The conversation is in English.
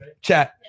chat